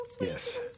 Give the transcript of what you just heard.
Yes